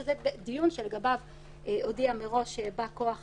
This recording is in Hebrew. שזה דיון שלגביו הודיע מראש בא כוח